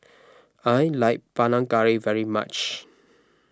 I like Panang Curry very much